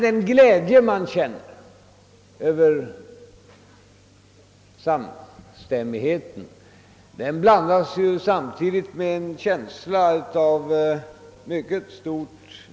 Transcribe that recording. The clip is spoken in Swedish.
Den glädje jag känner över samstämmigheten i dag blandas emellertid med en känsla av djupt vemod.